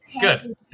Good